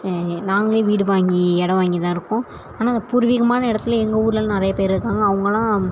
நாங்களே வீடு வாங்கி இடம் வாங்கி தான் இருக்கோம் ஆனால் பூர்வீகமான இடத்துல எங்கள் ஊர்லெல்லாம் நிறைய பேர் இருக்காங்க அவங்கள்லாம்